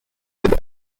with